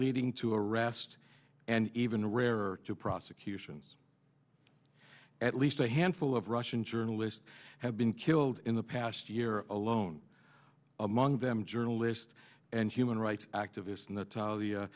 leading to arrest and even rarer to prosecutions at least a handful of russian journalists have been killed in the past year alone among them journalists and human rights activists